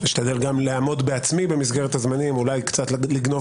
אני אשתדל לעמוד במסגרת הזמנים אולי לגנוב